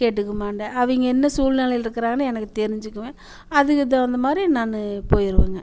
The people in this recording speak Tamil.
கேட்டுக்க மாட்டேன் அவங்க என்ன சூழ்நிலையில் இருக்கிறாங்கன்னு எனக்கு தெரிஞ்சுக்குவேன் அதுக்கு தகுந்தமாதிரி நான் போயிடுவங்க